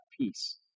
peace